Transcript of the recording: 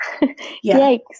Yikes